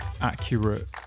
accurate